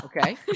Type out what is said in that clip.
Okay